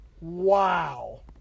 wow